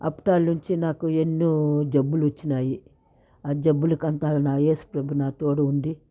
అప్పటి నుంచి నాకు ఎన్నో జబ్బులు వచ్చినాయి ఆ జబ్బులకంతా నా ఏసుప్రభు నా తోడు ఉండి